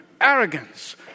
arrogance